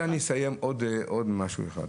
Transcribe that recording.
אני אסיים בעוד משהו אחד.